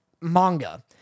manga